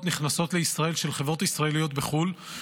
נכנסות לישראל של חברות ישראליות בחו"ל,